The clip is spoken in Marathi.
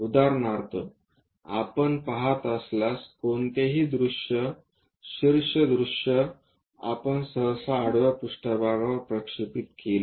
उदाहरणार्थ आपण पहात असल्यास कोणतेही दृश्य शीर्ष दृश्य आपण सहसा आडवा पृष्ठभागावर प्रक्षेपित केले